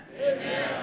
Amen